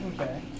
Okay